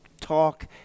talk